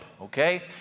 okay